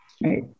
Right